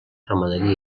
ramaderia